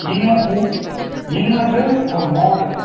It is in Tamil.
இன்வெட்ரு இன்வெட்ரு ஒரு போர்டு